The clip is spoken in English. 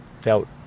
felt